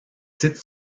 titres